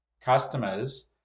customers